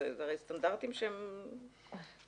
אלה הרי סטנדרטים לא קבועים.